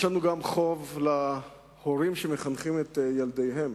יש לנו גם חוב להורים שמחנכים את ילדיהם,